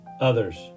others